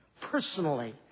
personally